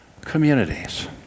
communities